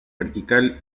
vertical